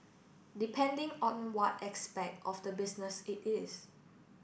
depending on what aspect of the business it is